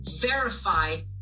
verified